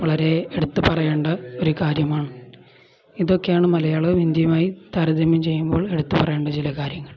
വളരെ എടുത്തു പറയേണ്ട ഒരു കാര്യമാണ് ഇതൊക്കെയാണ് മലയാളവും ഹിന്ദിയുമായി താരതമ്യം ചെയ്യുമ്പോൾ എടുത്തുപറയേണ്ട ചില കാര്യങ്ങൾ